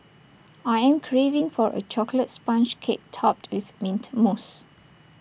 I am craving for A Chocolate Sponge Cake Topped with Mint Mousse